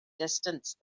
distance